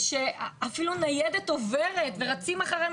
אפילו ניידת עוברת ורצים אחריה,